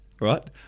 right